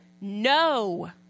no